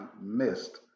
missed